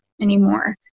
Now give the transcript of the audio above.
anymore